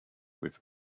with